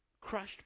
crushed